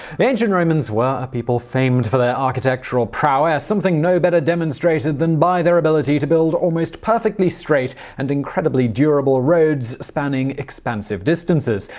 the ancient romans were a people famed for their architectural prowess, something no better demonstrated than by their ability to build almost perfectly straight and incredibly durable roads spanning expansive distances.